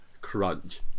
crunch